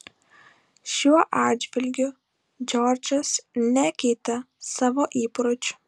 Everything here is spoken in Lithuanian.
šiuo atžvilgiu džordžas nekeitė savo įpročių